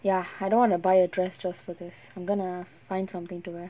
ya I don't wanna buy a dress just for this I'm gonna find something to wear